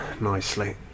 nicely